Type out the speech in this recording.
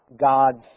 God's